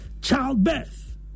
Childbirth